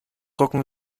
drucken